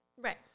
Right